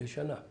יהיה שנה.